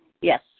Yes